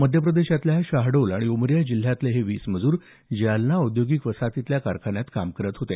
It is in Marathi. मध्यप्रदेशातील शहाडोल आणि उमरिया जिल्ह्यातले हे वीस मजूर जालना औद्योगिक वसाहतीतल्या कारखान्यात काम करत होते